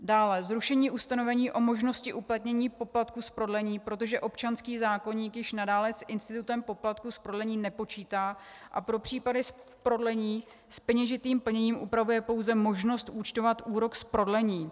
Dále zrušení ustanovení o možnosti uplatnění poplatků z prodlení, protože občanský zákoník již nadále s institutem poplatků z prodlení nepočítá a pro případy z prodlení s peněžitým plněním upravuje pouze možnost účtovat úrok z prodlení.